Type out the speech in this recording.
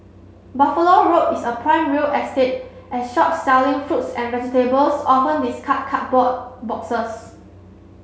Buffalo Road is a prime real estate as shops selling fruits and vegetables often discard cardboard boxes